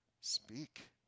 Speak